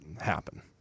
happen